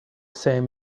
same